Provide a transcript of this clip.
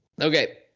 okay